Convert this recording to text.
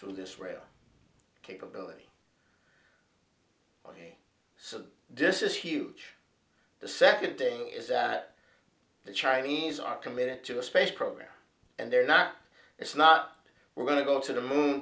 through this rail capability so this is huge the second thing is that the chinese are committed to a space program and they're not it's not we're going to go to the moon